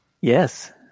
Yes